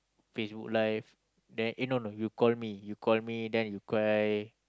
Facebook Live then eh no no you call me you call me then you cry